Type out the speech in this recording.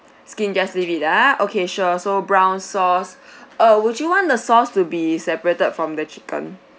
skin just leave it ah okay sure so brown sauce uh would you want the sauce to be separated from the chicken